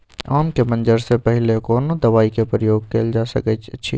आम के मंजर से पहिले कोनो दवाई के प्रयोग कैल जा सकय अछि?